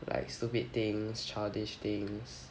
like stupid things childish things